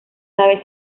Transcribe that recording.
sabe